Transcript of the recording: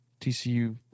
TCU